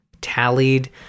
tallied